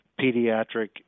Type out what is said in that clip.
pediatric